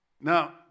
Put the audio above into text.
Now